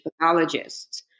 pathologists